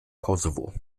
kosovo